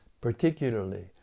particularly